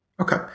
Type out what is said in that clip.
okay